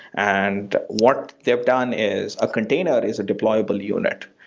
and what they've done is a container is a deployable unit,